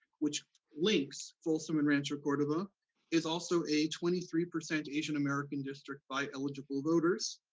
which links folsom and rancho cordova is also a twenty three percent asian-american district by eligible voters.